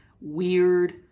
weird